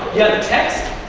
you have the text,